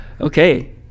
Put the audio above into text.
Okay